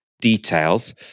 details